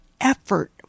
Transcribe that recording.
effort